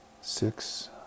six